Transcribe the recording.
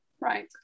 right